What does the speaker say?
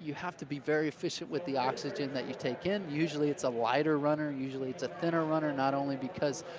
you have to be very efficient with the oxygen that you take in, usually it's a lighter runner, usually it's a thinner runner, not only because